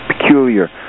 peculiar